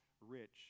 rich